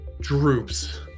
droops